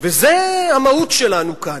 וזאת המהות שלנו כאן.